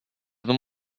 than